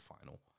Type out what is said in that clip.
final